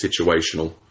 situational